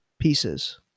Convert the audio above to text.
pieces